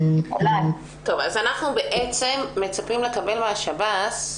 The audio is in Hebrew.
אנחנו בעצם מצפים לקבל מהשב"ס,